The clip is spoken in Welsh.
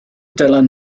dylan